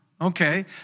Okay